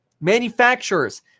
Manufacturers